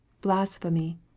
blasphemy